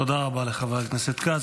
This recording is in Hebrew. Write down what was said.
תודה רבה לחבר הכנסת כץ.